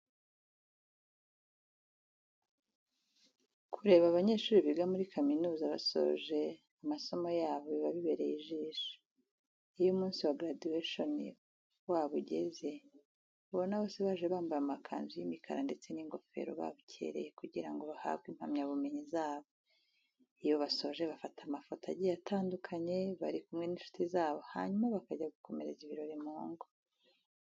Kureba abanyeshuri biga muri kaminuza basoje amasomo yabo biba bibereye ijisho. Iyo umunsi wa graduation wabo ugeze ubona bose baje bambaye amakanzu y'imikara ndetse n'ingofero, babukereye kugira ngo bahabwe impamyabumenyi zabo. Iyo basoje bafata amafoto agiye atandukanye bari kumwe n'inshuti zabo hanyuma bakajya gukomereza ibirori mu ngo.